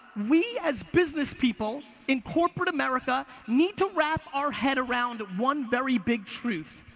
we as business people, in corporate america, need to wrap our head around one very big truth.